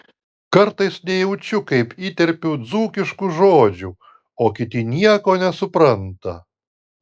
kartais nejaučiu kaip įterpiu dzūkiškų žodžių o kiti nieko nesupranta